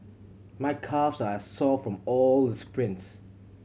my calves are sore from all the sprints